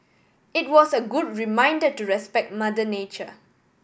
it was a good reminder to respect mother nature